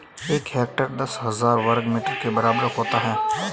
एक हेक्टेयर दस हज़ार वर्ग मीटर के बराबर होता है